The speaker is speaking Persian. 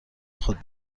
خود